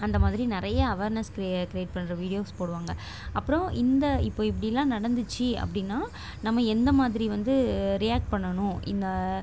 அந்த மாதிரி நிறைய அவேர்னஸ் க்ரியே க்ரியேட் பண்ணுற வீடியோஸ் போடுவாங்க அப்புறோம் இந்த இப்போது இப்படிலாம் நடந்துச்சு அப்படின்னா நம்ம எந்த மாதிரி வந்து ரியாக்ட் பண்ணணும் இந்த